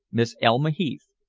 miss elma heath.